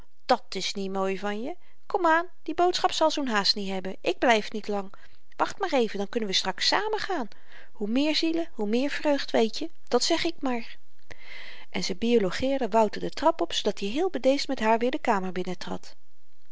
kom dat's niet mooi van je komaan die boodschap zal zoo'n haast niet hebben ik blyf niet lang wacht maar even dan kunnen we straks samen gaan hoe meer zielen hoe meer vreugd weetje dat zeg ik maar en ze biologeerde wouter de trap op zoodat i heel bedeesd met haar weer de kamer